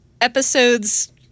episodes